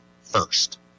first